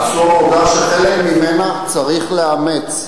עשו עבודה שחלק ממנה צריך לאמץ.